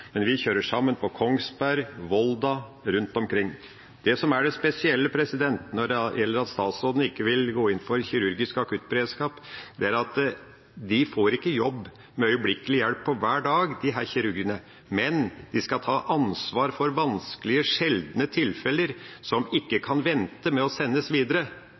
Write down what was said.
men vi kjører sammen på Kongsberg, Volda – rundt omkring. Det som er det spesielle når det gjelder at statsråden ikke vil gå inn for kirurgisk akuttberedskap, er at de får ikke jobb med øyeblikkelig hjelp hver dag, disse kirurgene, men de skal ta ansvar for vanskelige, sjeldne tilfeller som ikke kan vente med å sendes videre.